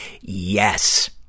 yes